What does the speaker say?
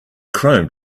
chrome